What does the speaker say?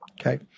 Okay